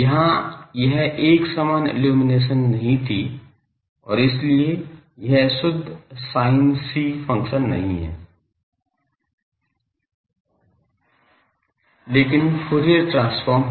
यहाँ यह एकसमान इल्लुमिनेशन नहीं थी और इसलिए यह शुद्ध sinc फ़ंक्शन नहीं है लेकिन फूरियर ट्रांसफॉर्म है